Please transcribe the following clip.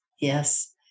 Yes